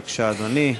בבקשה, אדוני.